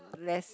less